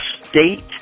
state